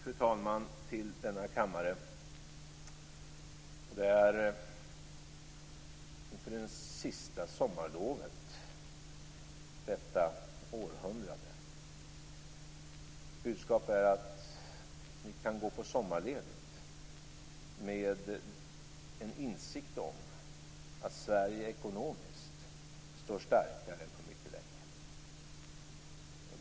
Mitt budskap till denna kammare inför det sista sommarlovet detta århundrade är att ni kan gå till sommarledigt med en insikt om att Sverige ekonomiskt står starkare än på mycket länge.